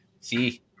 See